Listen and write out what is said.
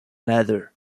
ladder